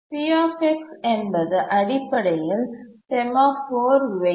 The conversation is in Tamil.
P என்பது அடிப்படையில் செமாஃபோர் வெயிட்